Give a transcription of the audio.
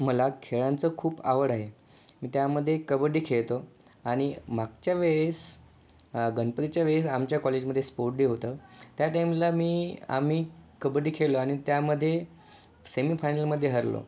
मला खेळांचं खूप आवड आहे त्यामधे कबड्डी खेळतो आणि मागच्या वेळेस गणपतीच्या वेळेस आमच्या कॉलेजमधे स्पोर्ट डे होतं त्या टाईमला मी आम्ही कबड्डी खेळलं आणि त्यामधे सेमी फायनलमधे हरलो